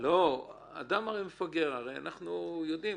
אדם מפגר, הרי אנחנו יודעים.